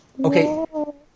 Okay